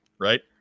right